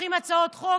לוקחים הצעות חוק